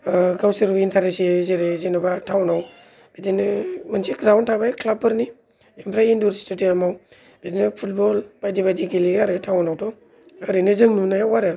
गावसोरनो इन्टारेस्ट होयो जेरै जेनबा थाउनाव बिदिनो मोनसे ग्राउन्ड थाबाय क्लाब फोरनि ओमफ्राय इन्दुर स्टेदियाम आव बिदिनो फुटबल बायदि बायदि गेलेयो आरो थाउन आव थ' ओरैनो जों नुनायाव आरो